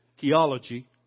theology